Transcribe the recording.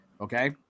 Okay